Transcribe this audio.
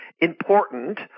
important